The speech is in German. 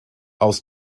aus